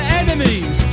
enemies